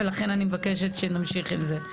ולכן אני מבקשת שנמשיך עם זה.